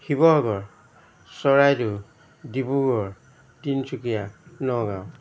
Sivasagar Charaideo Dibrugarh Tinsukia Nagaon